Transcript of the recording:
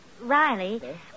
Riley